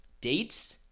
dates